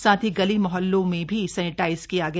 साथ ही गली मोहल्लों में भी सैनिटाइज किया गया